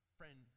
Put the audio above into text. friend